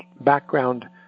background